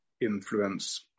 influence